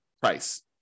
price